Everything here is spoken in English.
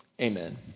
Amen